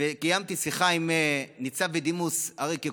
וקיימתי שיחה עם ניצב בדימוס אריק יקואל,